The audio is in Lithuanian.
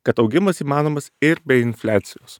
kad augimas įmanomas ir be infliacijos